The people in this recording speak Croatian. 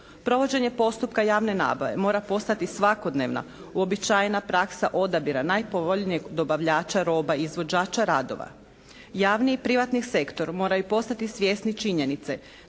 Provođenje postupka javne nabave mora postati svakodnevna, uobičajena praksa odabira najpovoljnijeg dobavljača roba i izvođača radova. Javni i privatni sektori moraju postati svjesni činjenice